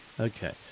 Okay